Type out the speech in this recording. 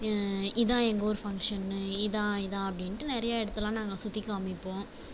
இதான் எங்கள் ஊர் ஃபங்க்ஷன் இதான் இதான் அப்படின்ட்டு நிறையா இடத்தெல்லாம் நாங்கள் சுற்றிக் காமிப்போம்